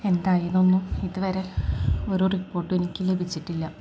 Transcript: എന്തായി എന്നൊന്നും ഇതുവരെ ഒരു റിപ്പോർട്ടും എനിക്കു ലഭിച്ചിട്ടില്ല